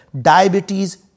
diabetes